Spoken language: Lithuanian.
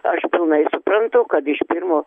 aš pilnai suprantu kad iš pirmo